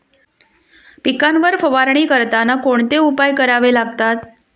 पिकांवर फवारणी करताना कोणते उपाय करावे लागतात?